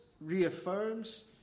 reaffirms